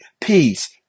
peace